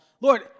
Lord